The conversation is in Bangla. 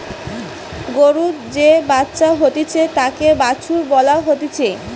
গরুর যে বাচ্চা হতিছে তাকে বাছুর বলা হতিছে